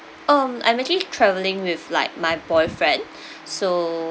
um I'm actually traveling with like my boyfriend so